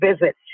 visit